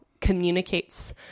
communicates